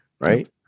right